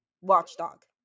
watchdog